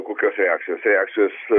kokios reakcijos reakcijos